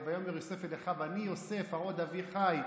"ויאמר יוסף אל אחיו אני יוסף העוד אבי חי.